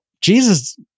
Jesus